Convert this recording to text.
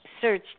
search